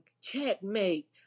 checkmate